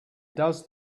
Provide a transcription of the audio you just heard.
does